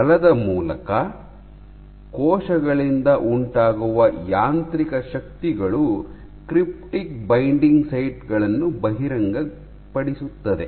ಬಲದ ಮೂಲಕ ಕೋಶಗಳಿಂದ ಉಂಟಾಗುವ ಯಾಂತ್ರಿಕ ಶಕ್ತಿಗಳು ಕ್ರಿಪ್ಟಿಕ್ ಬೈಂಡಿಂಗ್ ಸೈಟ್ ಗಳನ್ನು ಬಹಿರಂಗಪಡಿಸುತ್ತದೆ